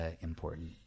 important